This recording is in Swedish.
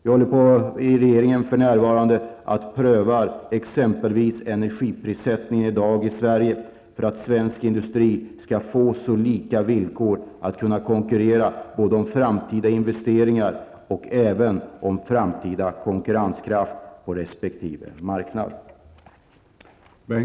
I regeringen prövar vi för närvarande exempelvis energiprissättningen i Sverige för att se till att svensk industri får samma villkor som utländsk industri när det gäller att konkurrera om framtida investeringar och därmed kunna bli konkurrenskraftig på respektive marknader.